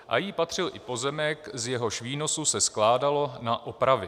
A jí patřil i pozemek, z jehož výnosu se skládalo na opravy.